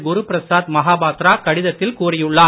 குருபிரசாத் மஹாபாத்ரா கடிதத்தில் கூறியுள்ளார்